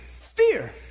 Fear